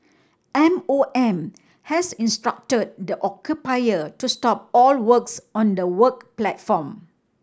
M O M has instructed the occupier to stop all works on the work platform